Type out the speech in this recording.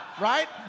Right